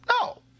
No